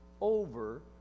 over